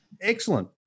Excellent